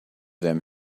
them